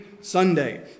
Sunday